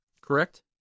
Correct